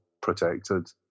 protected